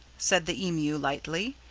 said the emu lightly,